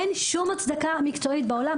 אין שום הצדקה מקצועית בעולם.